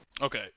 Okay